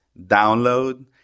download